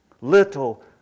Little